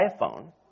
iPhone